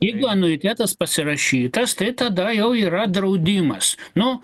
jeigu anuitetas pasirašytas tai tada jau yra draudimas nu